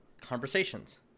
conversations